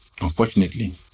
unfortunately